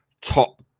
top